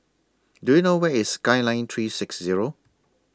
Do YOU know Where IS Skyline three six Zero